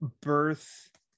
birth